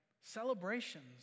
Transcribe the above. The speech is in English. celebrations